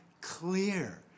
clear